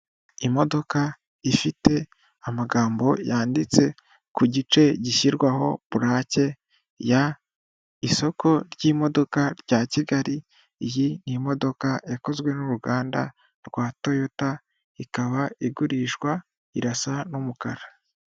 Imodoka ifite amagambo yanditse ku gice gishyirwaho pulake ya isoko ry'imodoka rya Kigali, iyi ni imodoka yakozwe n'uruganda rwa Toyota, ikaba igurishwa irasa n'umukara.